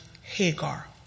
Hagar